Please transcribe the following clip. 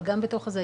אבל גם בתוך זה,